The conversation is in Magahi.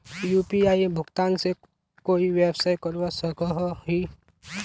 यु.पी.आई भुगतान से कोई व्यवसाय करवा सकोहो ही?